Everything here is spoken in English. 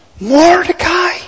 Mordecai